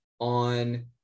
on